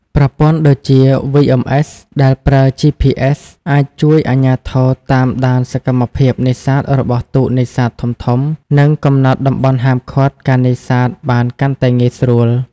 ប្រព័ន្ធដូចជា VMS ដែលប្រើ GPS អាចជួយអាជ្ញាធរតាមដានសកម្មភាពនេសាទរបស់ទូកនេសាទធំៗ និងកំណត់តំបន់ហាមឃាត់ការនេសាទបានកាន់តែងាយស្រួល។